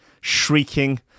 shrieking